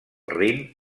rin